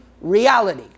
reality